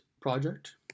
project